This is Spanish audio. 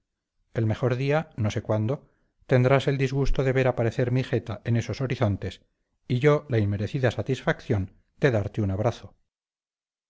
el mejor día no sé cuándo tendrás el disgusto de ver aparecer mi jeta en esos horizontes y yo la inmerecida satisfacción de darte un abrazo